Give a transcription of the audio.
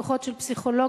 כוחות של פסיכולוגים,